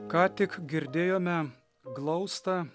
ką tik girdėjome glaustą